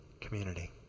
community